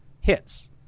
hits